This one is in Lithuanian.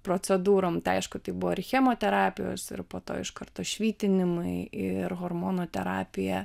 procedūrom tai aišku tai buvo ir chemoterapijos ir po to iš karto švitinimai ir hormonų terapija